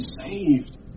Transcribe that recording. saved